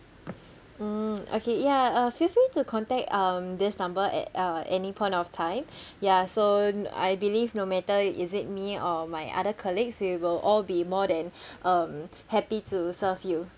mm okay ya uh feel free to contact um this number at uh any point of time ya so I believe no matter is it me or my other colleagues we will all be more than um happy to serve you